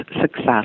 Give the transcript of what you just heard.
success